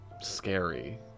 scary